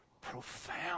profound